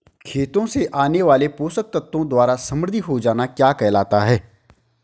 खेतों से आने वाले पोषक तत्वों द्वारा समृद्धि हो जाना क्या कहलाता है?